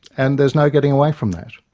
and there's no getting away from that,